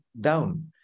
down